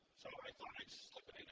so i thought i'd slip it